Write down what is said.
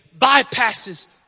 bypasses